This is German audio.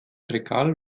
regal